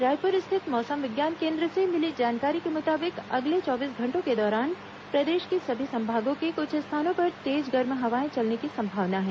रायपुर स्थित मौसम विज्ञान केन्द्र से मिली जानकारी के मुताबिक अगले चौबीस घंटों के दौरान प्रदेश के सभी संभागों के कुछ स्थानों पर तेज गर्म हवाएं चलने की संभावना है